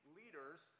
leaders